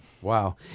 Wow